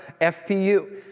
FPU